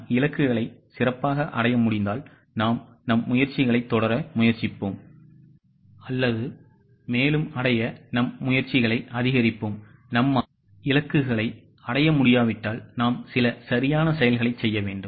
நம் இலக்குகளை சிறப்பாக அடைய முடிந்தால் நாம் நம் முயற்சிகளைத் தொடர முயற்சிப்போம் அல்லது மேலும் அடைய நம் முயற்சிகளை அதிகரிப்போம்நம்மால் இலக்குகளை அடைய முடியாவிட்டால் நாம் சில சரியான செயல்களைச் செய்ய வேண்டும்